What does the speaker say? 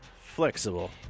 flexible